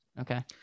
Okay